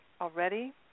already